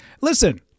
Listen